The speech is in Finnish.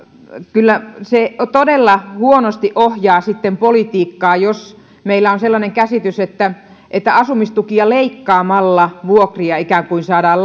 kyllä se todella huonosti ohjaa politiikkaa jos meillä on sellainen käsitys että että asumistukia leikkaamalla vuokria ikään kuin saadaan